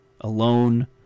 alone